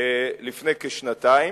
לפני כשנתיים,